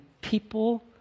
people